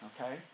Okay